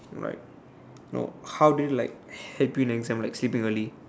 like how they like help you in exam like sleeping early